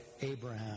Abraham